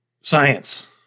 Science